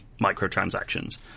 microtransactions